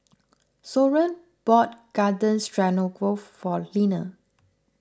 Soren bought Garden Stroganoff for Linna